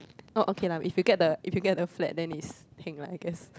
orh okay lah if you get the if you get the flat then it's heng lah I guess